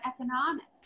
economics